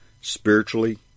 spiritually